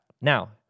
Now